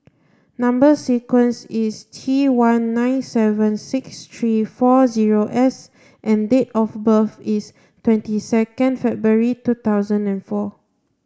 number sequence is T one nine seven six three four zero S and date of birth is twenty second February two thousand and four